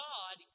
God